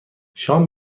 شام